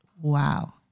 Wow